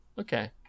Okay